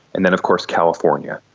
and then of course california.